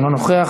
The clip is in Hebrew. אינו נוכח,